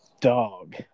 Dog